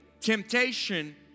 temptation